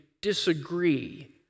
disagree